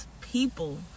people